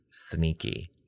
sneaky